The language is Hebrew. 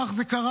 כך זה קרה.